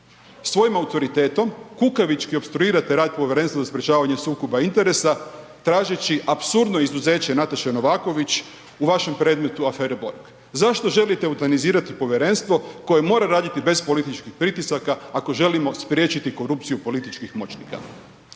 svojim autoritetom kukavički opstruirate rad Povjerenstva za sprječavanje sukoba interesa tražeći apsurdno izuzeće Nataše Novaković u vašem predmetu afere Borg. Zašto želite eutanazirati povjerenstvo koje mora raditi bez političkih pritisaka, ako želimo spriječiti korupcija političkih moćnika?